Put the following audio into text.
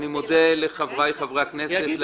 אני מודה לחבריי חברי הכנסת,